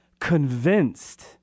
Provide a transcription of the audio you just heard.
convinced